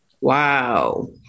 Wow